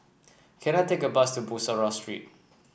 can I take a bus to Bussorah Street